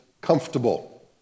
comfortable